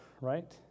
right